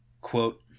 quote